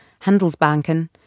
Handelsbanken